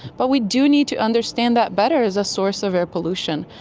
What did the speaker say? but we do need to understand that better as a source of air pollution.